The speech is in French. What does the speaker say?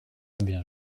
bien